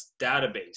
database